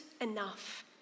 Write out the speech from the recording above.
enough